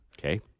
Okay